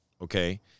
okay